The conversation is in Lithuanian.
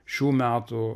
šių metų